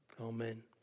Amen